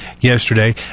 yesterday